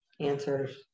answers